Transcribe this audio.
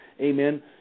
amen